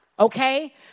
Okay